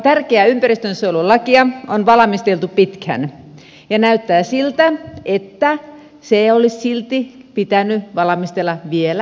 tärkeää ympäristönsuojelulakia on valmisteltu pitkään ja näyttää siltä että sitä olisi silti pitänyt valmistella vielä vähän aikaa